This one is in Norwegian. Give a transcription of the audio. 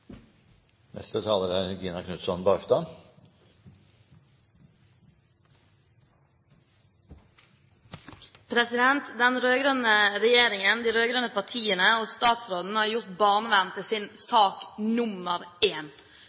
Den rød-grønne regjeringen, de rød-grønne partiene og statsråden har gjort barnevernet til sin sak nummer